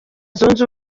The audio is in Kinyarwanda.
zunze